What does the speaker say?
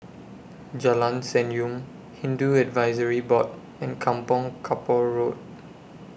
Jalan Senyum Hindu Advisory Board and Kampong Kapor Road